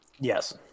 Yes